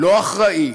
לא אחראי,